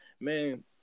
Man